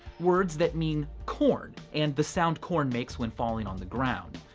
words that mean corn and the sound corn makes when falling on the ground.